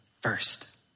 first